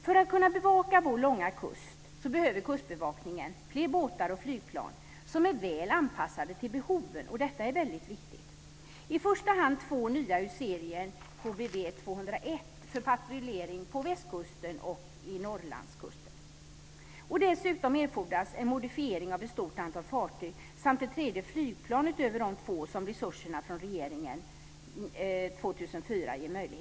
För att kunna bevaka vår långa kust behöver Kustbevakningen fler båtar och flygplan som är väl anpassade till behoven. Detta är väldigt viktigt. Det är i första hand två nya ur serien KBV-201 för patrullering på västkusten och Norrlandskusten. Dessutom erfordras en modifiering av ett stort antal fartyg samt ett tredje flygplan utöver de två som resurserna från regeringen ger möjlighet till år 2004.